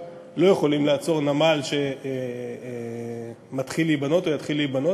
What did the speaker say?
תג מחיר של הממשלה ותג מחיר של ארגוני הימין,